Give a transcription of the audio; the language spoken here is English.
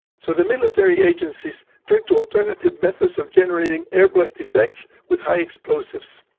so the military agencies turned to alternative methods of generating airblast effects with high explosives.